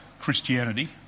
Christianity